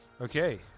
Okay